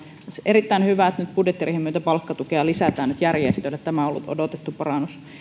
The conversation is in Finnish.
erittäin hyvä että nyt budjettiriihen myötä palkkatukea lisätään järjestöille tämä on ollut odotettu parannus